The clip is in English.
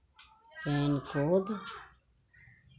pin code